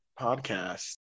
podcast